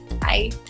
Bye